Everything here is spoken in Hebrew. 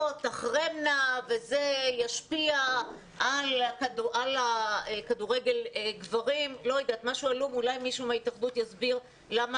תחרמנה וזה ישפיע על הכדורגל גברים או משהו כזה,